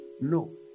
No